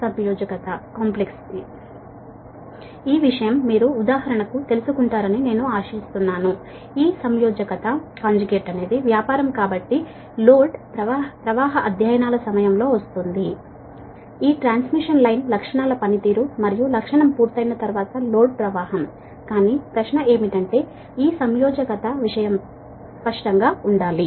ఉదాహరణకు ఈ విషయం మీరు తెలుసుకుంటారని నేను ఆశిస్తున్నాను ఈ కాంజుగేట్ వ్యాపారం కాబట్టి లోడ్ ఫ్లో అధ్యయనాల సమయంలో వస్తుంది ఈ ట్రాన్స్మిషన్ లైన్ లక్షణాల పనితీరు మరియు లక్షణం పూర్తయిన తర్వాత లోడ్ ప్రవాహం కానీ ప్రశ్న ఏమిటంటే ఈ కాంజుగేట్ విషయం స్పష్టంగా ఉండాలి